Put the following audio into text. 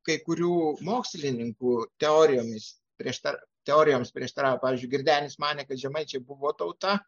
kai kurių mokslininkų teorijomis prieštara teorijoms prieštaravo pavyzdžiui girdenis manė kad žemaičiai buvo tauta